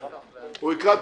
הוא יקרא את